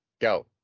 Go